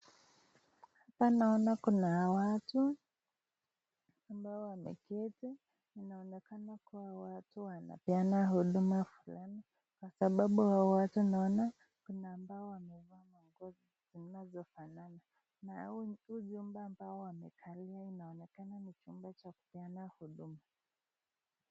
Hapa naona kuna watu ambao wanaketi wanaonekana kuwa watu wanapeana huduma fulani kwa sababu hawa watu naona ambao wamevaa mafasi zinazofana, na huu nyumba ambao wanakaa inaonekana ni chumba cha kupeana huduma.